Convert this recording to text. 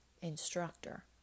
instructor